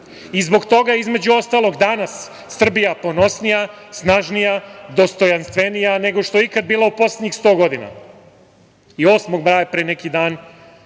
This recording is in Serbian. I zbog toga, između ostalog, danas Srbija ponosnija, snažnija, dostojanstvenija, nego što je ikad bila u poslednjih 100 godina. Osmog maja, pre neki dan,